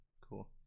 cool